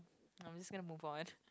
I'm just get to move on